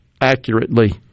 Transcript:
accurately